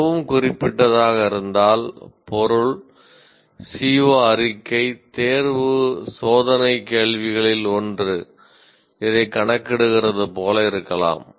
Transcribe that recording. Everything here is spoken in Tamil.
மிகவும் குறிப்பிட்டதாக இருந்தால் பொருள் CO அறிக்கை தேர்வு சோதனை கேள்விகளில் ஒன்று இதைக் கணக்கிடுகிறது போல இருக்கலாம்